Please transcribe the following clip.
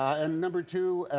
and number two,